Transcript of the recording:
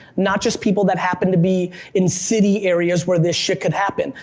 not just people that happen to be in city areas where this shit could happen.